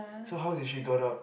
so how did she got up